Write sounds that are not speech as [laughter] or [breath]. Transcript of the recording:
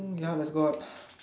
um ya let's go out [breath]